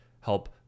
help